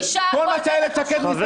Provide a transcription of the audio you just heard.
אם לא